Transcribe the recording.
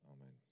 Amen